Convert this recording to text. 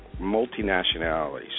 multinationalities